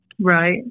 Right